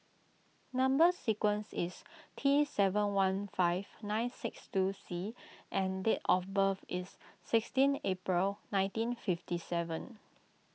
Number Sequence is T seven four one five nine six two C and date of birth is sixteen April nineteen fifty seven